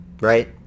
Right